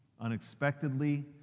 unexpectedly